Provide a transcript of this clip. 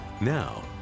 Now